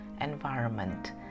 environment